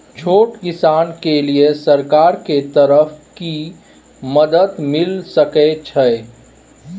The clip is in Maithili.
छोट किसान के लिए सरकार के तरफ कि मदद मिल सके छै?